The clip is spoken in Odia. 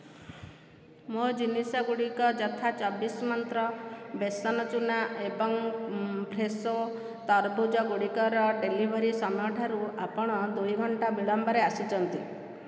ମୋ ଜିନିଷଗୁଡ଼ିକ ଯଥା ଚବିଶ ମନ୍ତ୍ର ବେସନ ଚୂନା ଏବଂ ଫ୍ରେଶୋ ତରଭୁଜ ଗୁଡ଼ିକର ଡେଲିଭରି ସମୟଠାରୁ ଆପଣ ଦୁଇ ଘଣ୍ଟା ବିଳମ୍ବରେ ଆସିଛନ୍ତି